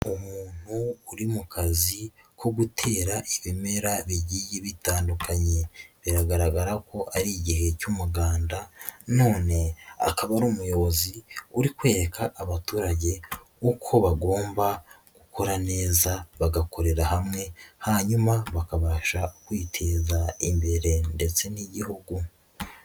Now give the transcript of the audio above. Umuntu uri mu kazi ko gutera ibimera bigiye bitandukanye, biragaragara ko ari igihe cy'umuganda none akaba ari umuyobozi uri kwereka abaturage uko bagomba gukora neza bagakorera hamwe hanyuma bakabasha kwiteza imbere ndetse n'Igihugu.